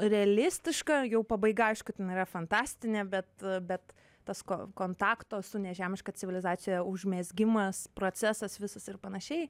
realistiška jau pabaiga aišku ten yra fantastinė bet bet tas ko kontakto su nežemiška civilizacija užmezgimas procesas visas ir panašiai